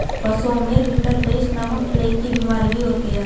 पशुओं में रिंडरपेस्ट नामक प्लेग की बिमारी भी होती है